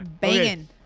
Banging